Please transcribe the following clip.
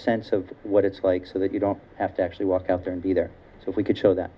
sense of what it's like so that you don't have to actually walk out there and be there so we could show that